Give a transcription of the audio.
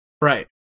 right